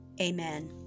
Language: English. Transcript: Amen